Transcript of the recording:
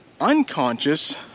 unconscious